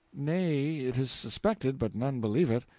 nay, it is suspected, but none believe it.